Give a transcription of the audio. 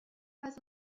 was